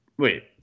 Wait